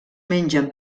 mengen